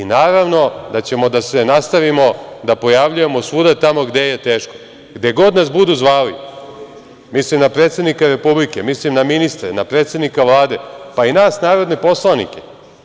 Naravno, da ćemo da se nastavimo da se pojavljujemo svuda tamo gde je teško, gde god nas budu zvali, mislim na predsednika Republike, mislim na ministre, mislim na predsednika Vlade, pa i nas narodne poslanike.